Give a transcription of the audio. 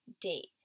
date